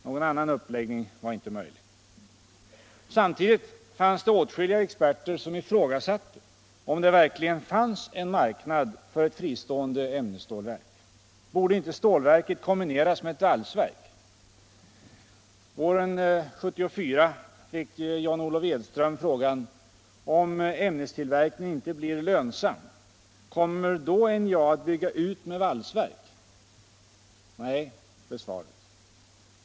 Någon annan uppläggning var inte möjlig. Samtidigt var det åtskilliga experter som ifrågasatte om det verkligen fanns en marknad för ett fristående ämnesstålverk. Borde inte stålverket kombineras med ett valsverk? Våren 1974 fick John Olof Edström frågan: Om ämnestillverkningen inte blir lönsam, kommer då NJA att bygga ut med valsverk? Nej, blev svaret.